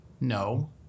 no